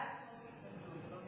"מעיין החינוך התורני"